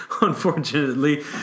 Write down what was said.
unfortunately